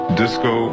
disco